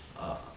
err